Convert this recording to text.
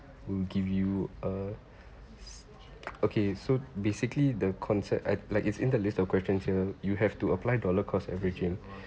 will give you uh okay so basically the concept at like it's in the list of questions here you have to apply dollar cost averaging